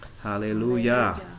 Hallelujah